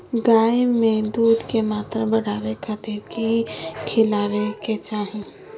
गाय में दूध के मात्रा बढ़ावे खातिर कि खिलावे के चाही?